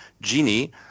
Genie